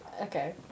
Okay